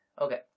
Okay